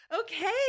Okay